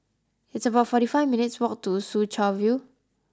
it's about forty five minutes' walk to Soo Chow View